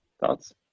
thoughts